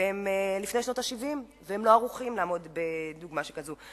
והם מלפני שנות ה-70 והם לא ערוכים לעמוד בדבר כזה.